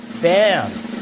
bam